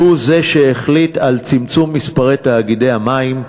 והוא זה שהחליט על צמצום מספרי תאגידי המים,